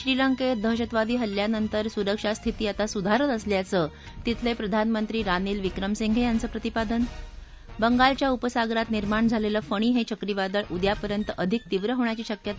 श्रीलंकेत दहशतवादी हल्ल्यानंतर सुरक्षा स्थिती आता सुधारत असल्याचं तिथले प्रधानमंत्री रानिल विक्रमसिंघे यांचं प्रतिपादन बंगालच्या उपसागरात निर्माण झालेलं फणी हे चक्रीवादळ उद्यापर्यंत अधिक तीव्र होण्याची शक्यता